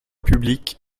public